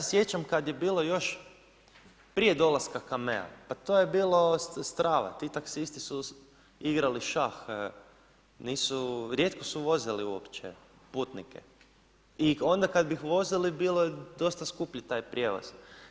Ja se sjećam kad je bilo još, prije dolaska Cammea, pa to je bilo strava, ti taksisti su igrali šah, nisu, rijetko su vozili uopće putnike i onda kad bi ih vozili bilo je dosta skuplji taj prijevoz.